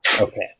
Okay